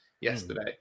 yesterday